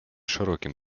широким